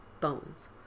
Bones